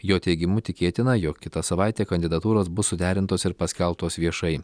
jo teigimu tikėtina jog kitą savaitę kandidatūros bus suderintos ir paskelbtos viešai